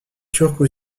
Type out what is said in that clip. turco